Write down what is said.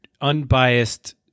unbiased